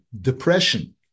depression